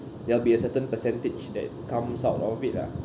there'll be a certain percentage that comes out of it lah